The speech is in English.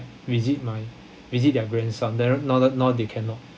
visit my visit their grandson their now that now they cannot